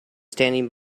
standing